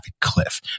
cliff